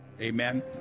Amen